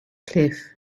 cliff